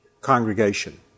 congregation